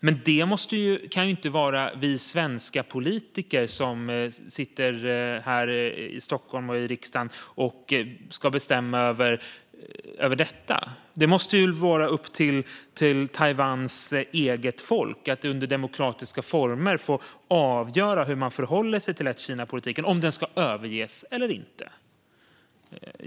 Men det kan inte vara vi svenska politiker som sitter här i Stockholm och i riksdagen som ska bestämma över detta. Det måste vara upp till Taiwans eget folk att under demokratiska former få avgöra hur man förhåller sig till ett Kina-politiken och om den ska överges eller inte.